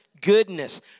goodness